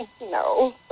no